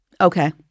okay